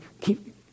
Keep